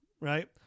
right